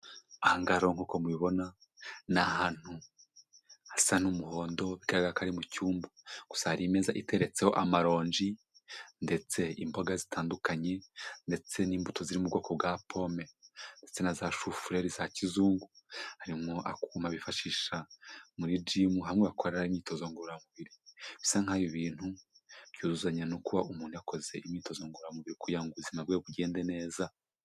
Aha ngaha rero nkuko mubibona ni ahantu hasa n'umuhondo bigaragare ko ari mu cyumba. Husa hari imeza iteretseho amaronji ndetse imboga zitandukanye ndetse n'imbuto ziri mu bwoko bwa pome. Ndetse na za shufureri za kizungu, harimo akuma bifashisha muri gym hamwe bakorera imyitozo ngororamubiri. Bisa nkaho ibi bintu byuzuzanya no kuba umuntu yakoze imyitozo ngororamubiri kugira ngo ubuzima bwe bugende neza.